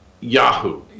Yahoo